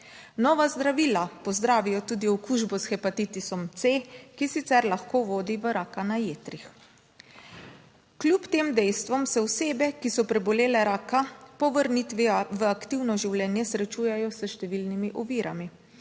Nova zdravila pozdravijo tudi okužbo s hepatitisom C, ki sicer lahko vodi v raka na jetrih. Kljub tem dejstvom se osebe, ki so prebolele raka, po vrnitvi v aktivno življenje srečujejo s številnimi ovirami.